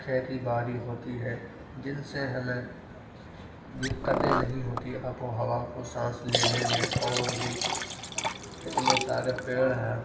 کھیتی باڑی ہوتی ہے جن سے ہمیں دقتیں نہیں ہوتیں آب و ہوا کو سانس لینے میں اور بھی اتنے سارے پیڑ ہیں